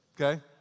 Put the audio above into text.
Okay